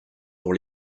pour